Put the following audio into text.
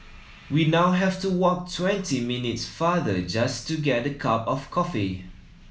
we now have to walk twenty minutes farther just to get a cup of coffee